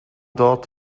dort